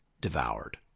devoured